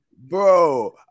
Bro